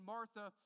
Martha